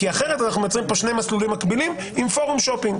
כי אחרת אנחנו מייצרים פה שני מסלולים מקבילים עם פורום שופינג.